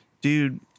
Dude